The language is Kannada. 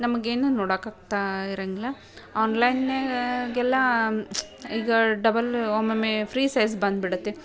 ನಮಗೇನೂ ನೋಡೋಕ್ಕಾಗ್ತಾ ಇರಂಗಿಲ್ಲ ಆನ್ಲೈನ್ಯಾಗ ಗೆಲ್ಲ ಈಗ ಡಬಲ್ ಒಮ್ಮೊಮ್ಮೆ ಫ್ರೀ ಸೈಜ್ ಬಂದುಬಿಡತ್ತೆ